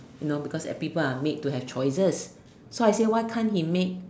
you know because people are made to have choices so I say why can't he make